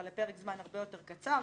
אבל הפרק זמן הרבה יותר קצר,